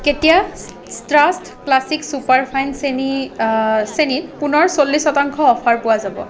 কেতিয়া trust classic superfine চেনি চেনিত পুনৰ চল্লিছ শতাংশ অফাৰ পোৱা যাব